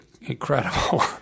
incredible